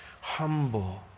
humble